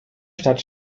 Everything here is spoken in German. stadt